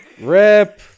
Rip